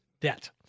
debt